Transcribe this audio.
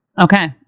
Okay